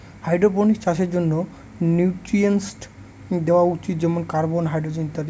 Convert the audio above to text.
hydroponics চাষের জন্য nutrients দেওয়া উচিত যেমন কার্বন, হাইড্রজেন ইত্যাদি